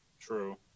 True